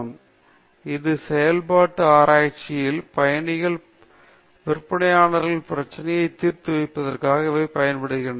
எனவே இது செயல்பாட்டு ஆராய்ச்சியில் பயணிகள் விற்பனையாளர்களின் பிரச்சனையை தீர்த்து வைப்பதற்காக இதைப் பயன்படுத்துவார்கள்